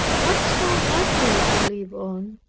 what shall that lady live on?